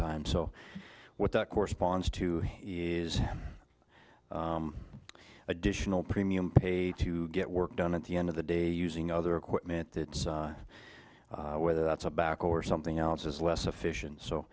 time so what that corresponds to is additional premium paid to get work done at the end of the day using other equipment that whether that's a back or something else is less efficient so